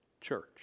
church